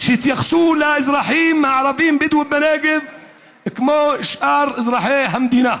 שיתייחסו לאזרחים הערבים-בדואים בנגב כמו לשאר אזרחי המדינה,